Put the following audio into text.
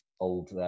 old